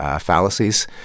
fallacies